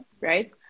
Right